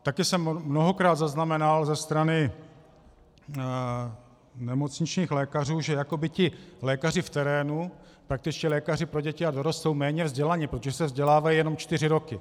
Taky jsem mnohokrát zaznamenal ze strany nemocničních lékařů, že jakoby ti lékaři v terénu, praktičtí lékaři pro děti a dorost, jsou méně vzdělaní, protože se vzdělávají jenom čtyři roky.